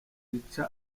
zica